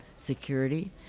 security